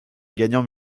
gagnants